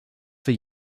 for